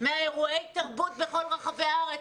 מאירועי התרבות בכל רחבי הארץ.